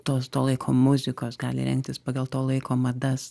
tos to laiko muzikos gali rengtis pagal to laiko madas